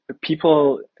people